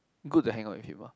good to hang out with him ah